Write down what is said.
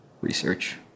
research